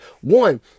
One